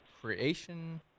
creation